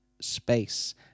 space